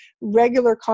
regular